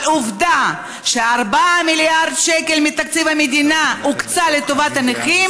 אבל עובדה ש-4 מיליארד שקל מתקציב המדינה הוקצו לטובת הנכים.